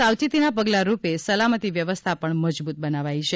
સાવચેતીના પગલારૂપે સલામતી વ્યવસ્થાપણ મજબૂત બનાવાઇ છે